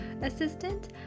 assistant